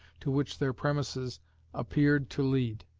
to which their premises appeared to lead.